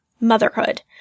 motherhood